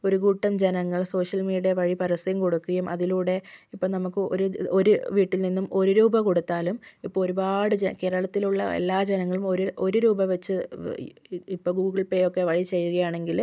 ഒരു കൂട്ടം ജനങ്ങൾ സോഷ്യൽ മീഡിയ വഴി പരസ്യം കൊടുക്കുകയും അതിലൂടെ ഇപ്പം നമുക്ക് ഒരു ഒരു വീട്ടിൽ നിന്നും ഒരു രൂപ കൊടുത്താലും ഇപ്പം ഒരുപാട് ജന കേരളത്തിലുള്ള എല്ലാ ജനങ്ങളും ഒരു ഒരു രൂപ വെച്ച് ഇപ്പം ഗൂഗിൾ പേയൊക്കെ വഴി ചെയ്യുകയാണെങ്കിൽ